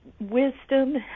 wisdom